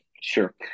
sure